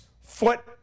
foot